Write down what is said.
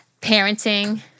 Parenting